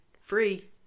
free